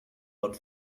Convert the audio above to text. but